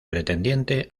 pretendiente